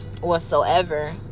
whatsoever